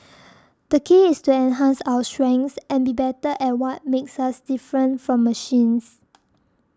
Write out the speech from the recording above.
the key is to enhance our strengths and be better at what makes us different from machines